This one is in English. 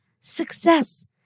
Success